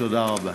תודה רבה.